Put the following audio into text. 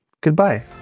goodbye